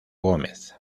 gómez